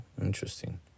Interesting